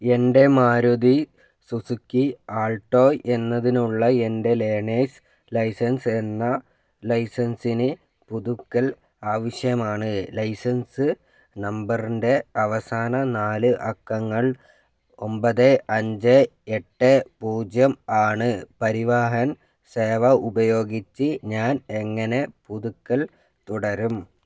എൻ്റെ Maruti Suzuki Alto എന്നതിനായുള്ള എൻ്റെ ലേണേഴ്സ് ലൈസൻസിന് ലൈസൻസിന് പുതുക്കൽ ആവശ്യമാണ് ലൈസൻസ് നമ്പറിൻ്റെ അവസാന നാല് അക്കങ്ങൾ ഒൻപത് അഞ്ച് എട്ട് പൂജ്യം ആണ് പരിവാഹൻ സേവ ഉപയോഗിച്ച് ഞാൻ എങ്ങനെ പുതുക്കൽ തുടരും